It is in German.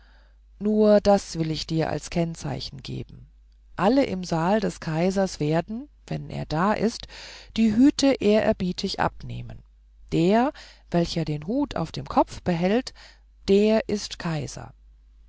nur das will ich dir als kennzeichen angeben alle im saal des kaisers werden wenn er da ist die hüte ehrerbietig abnehmen der welcher den hut auf dem kopf behält der ist der kaiser